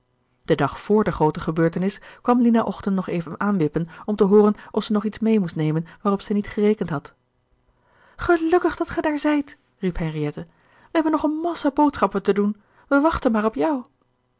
den dag vr de groote gebeurtenis kwam lina ochten nog even aanwippen om te hooren of zij nog iets mêe moest nemen waarop zij niet gerekend had gerard keller het testament van mevrouw de tonnette gelukkig dat ge daar zijt riep henriette wij hebben nog een massa boodschappen te doen wij wachtten maar op jou